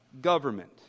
government